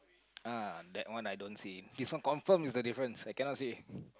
ah that one I don't see this one confirm is the difference I cannot see